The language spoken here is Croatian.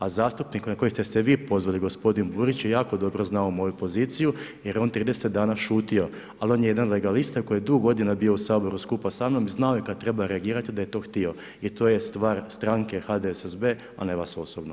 A zastupnik na kojeg ste se vi pozvali gospodin Burić, je jako dobro znao moju poziciju jer je on 30 dana šutio, ali on je jedan legalista koji dugo godina bio u Saboru skupa sa mnom i znao je kad treba reagirati da je to htio i to je stvar strane HDSSB a ne vas osobno.